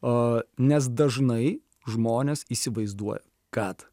o nes dažnai žmonės įsivaizduoja kad